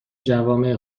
جوامع